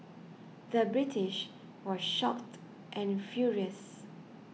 the British was shocked and furious